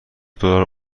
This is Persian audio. دلار